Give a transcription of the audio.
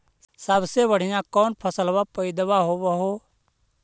सबसे बढ़िया कौन फसलबा पइदबा होब हो?